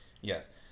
Yes